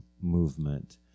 movement